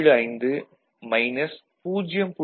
75 0